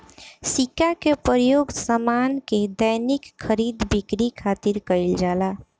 सिक्का के प्रयोग सामान के दैनिक खरीद बिक्री खातिर कईल जाला